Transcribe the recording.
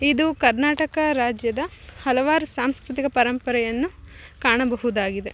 ಇದು ಕರ್ನಾಟಕ ರಾಜ್ಯದ ಹಲವಾರು ಸಾಂಸ್ಕೃತಿಕ ಪರಂಪರೆಯನ್ನು ಕಾಣಬಹುದಾಗಿದೆ